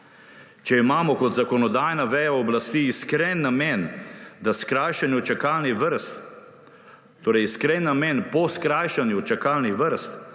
Če imamo kot zakonodajna veja oblasti iskren namen, da skrajšanju čakalnih vrst, torej iskren namen po skrajšanju čakalnih vrst,